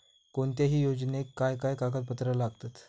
कोणत्याही योजनेक काय काय कागदपत्र लागतत?